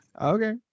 Okay